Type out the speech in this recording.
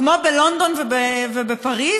כמו בלונדון ופריז,